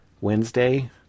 wednesday